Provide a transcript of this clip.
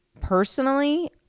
personally